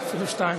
אפילו שתיים.